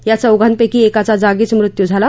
या चौघा जणापैकी एकाचा जागीच मृत्यु झाला